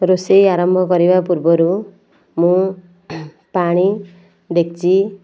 ରୋଷେଇ ଆରମ୍ଭ କରିବା ପୂର୍ବରୁ ମୁଁ ପାଣି ଡେକ୍ଚି